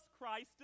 Christ